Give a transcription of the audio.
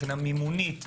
מבחינה מימונית,